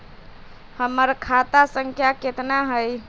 हमर खाता संख्या केतना हई?